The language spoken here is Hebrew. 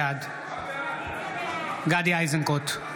בעד גדי איזנקוט,